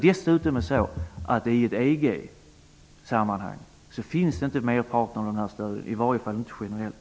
Dessutom saknas merparten av de här stöden i EU-sammanhang -- i varje fall finns de inte generellt.